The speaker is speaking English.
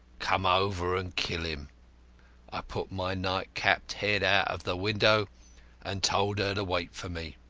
come over and kill him i put my night-capped head out of the window and told her to wait for me.